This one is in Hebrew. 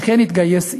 אכן יתגייס,